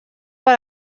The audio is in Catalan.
per